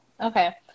Okay